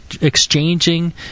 exchanging